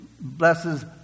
blesses